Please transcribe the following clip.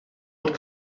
what